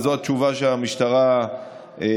אבל זו התשובה שהמשטרה העבירה.